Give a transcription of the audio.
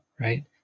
Right